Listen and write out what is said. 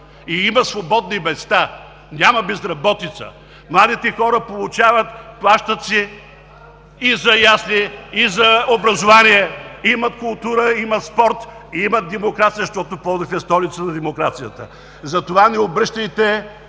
и има свободни места. Няма безработица! Младите хора получават, плащат си и за ясли, и за образование, има култура, има спорт, има демокрация, защото Пловдив е столицата на демокрацията. Затова не обръщайте